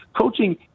coaching